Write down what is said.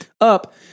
up